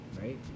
Right